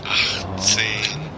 achtzehn